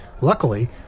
Luckily